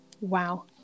Wow